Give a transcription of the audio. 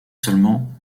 seulement